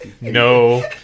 No